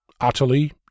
Utterly